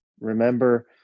remember